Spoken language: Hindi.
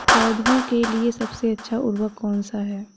पौधों के लिए सबसे अच्छा उर्वरक कौनसा हैं?